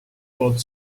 poolt